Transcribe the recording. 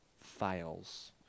fails